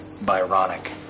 Byronic